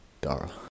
Dara